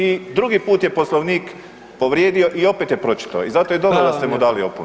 I drugi put je Poslovnik povrijedio i opet je pročitao i zato je dobro da ste mu dali opomenu.